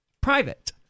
private